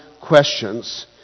questions